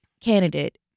candidate